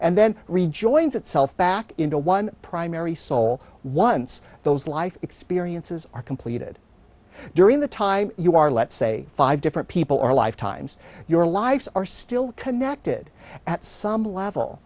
and then rejoins itself back into one primary soul once those life experiences are completed during the time you are let's say five different people or lifetimes your lives are still connected at some level